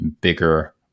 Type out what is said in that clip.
bigger